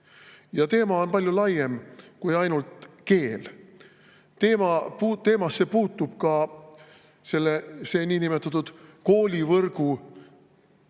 Ja teema on palju laiem kui ainult keel. Teemasse puutub ka see niinimetatud koolivõrgu